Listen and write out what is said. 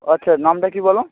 আচ্ছা নামটা কি বলো